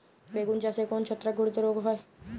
বেগুন গাছে কোন ছত্রাক ঘটিত রোগ হয়?